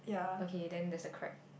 okay then there's a crab